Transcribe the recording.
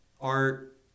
art